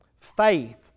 Faith